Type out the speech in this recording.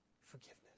forgiveness